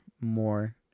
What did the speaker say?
more